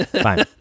Fine